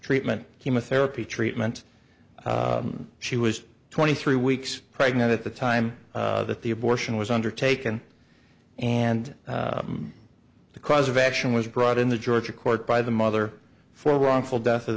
treatment chemotherapy treatment she was twenty three weeks pregnant at the time that the abortion was undertaken and the cause of action was brought in the georgia court by the mother for wrongful death